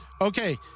Okay